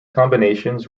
combinations